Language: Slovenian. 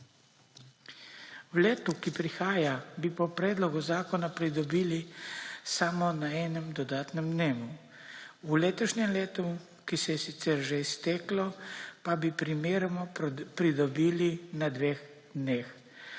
V letu, ki prihaja, bi po predlogu zakona pridobili samo na enem dodatnem dnevu. V letošnjem letu, ki se je sicer že izteklo, pa bi primeroma pridobili na dveh dneh.